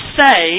say